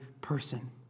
person